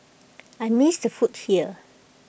I miss the food here